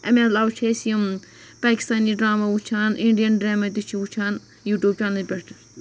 اَمہِ علاوٕ چھِ أسۍ یِم پٲکِستٲنی ڈراما وٕچھان اِنڈین ڈراما تہِ وٕچھان یوٗٹوٗب چینلہِ پٮ۪ٹھ